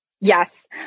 Yes